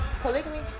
polygamy